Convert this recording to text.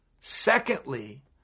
Secondly